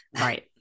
Right